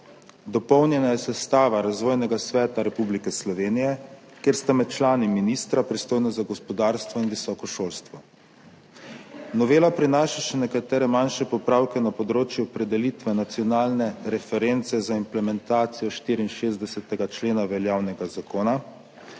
Dopolnjena je sestava Razvojnega sveta Republike Slovenije, kjer sta med člani ministra, pristojna za gospodarstvo in visoko šolstvo. Novela prinaša še nekatere manjše popravke na področju opredelitve nacionalne reference za implementacijo 64. člena veljavnega zakona,